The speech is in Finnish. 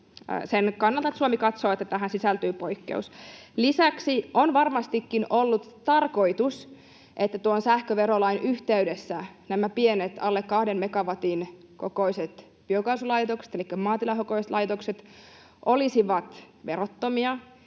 sen kannalta, että Suomi katsoo, että tähän sisältyy poikkeus. Lisäksi on varmastikin ollut tarkoitus, että tuon sähköverolain yhteydessä nämä pienet, alle kahden megawatin kokoiset biokaasulaitokset elikkä maatilakokoiset laitokset olisivat verottomia,